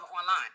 online